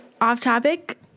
off-topic